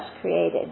created